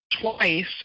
twice